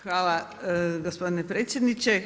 Hvala gospodine predsjedniče.